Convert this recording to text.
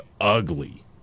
ugly